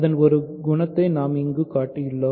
அதன் ஒரு குணத்தை நாம் இங்கு காட்டியுள்ளோம்